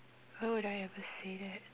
why would I ever say that